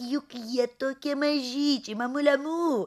juk jie tokie mažyčiai mamule mū